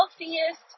Healthiest